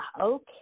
Okay